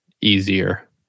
easier